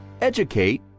Educate